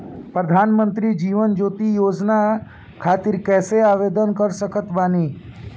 प्रधानमंत्री जीवन ज्योति बीमा योजना खातिर कैसे आवेदन कर सकत बानी?